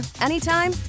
anytime